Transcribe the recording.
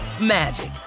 magic